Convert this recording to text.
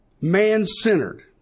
man-centered